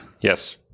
Yes